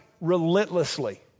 relentlessly